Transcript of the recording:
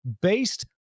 based